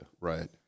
Right